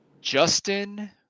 Justin